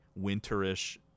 winterish